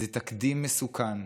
זה תקדים מסוכן,